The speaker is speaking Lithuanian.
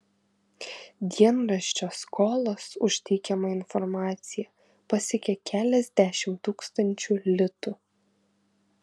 dienraščio skolos už teikiamą informaciją pasiekė keliasdešimt tūkstančių litų